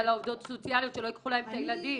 לעובדות סוציאליות שלא יקחו להן את הילדים.